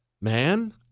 man